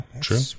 true